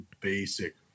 basic